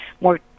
more